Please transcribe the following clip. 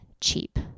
cheap